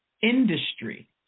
Industry